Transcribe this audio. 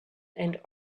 and